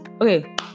Okay